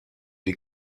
die